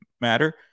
matter